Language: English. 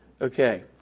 Okay